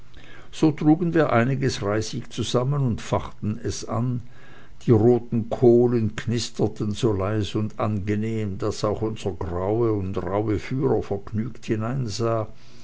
so trugen wir einiges reisig zusammen und fachten es an die roten kohlen knisterten so leis und angenehm daß auch unser graue und rauhe führer vergnügt hineinsah